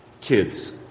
Kids